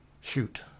shoot